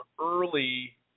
early